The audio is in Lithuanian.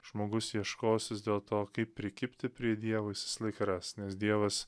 žmogus ieškosis dėl to kaip prikibti prie dievo jis visą laiką ras nes dievas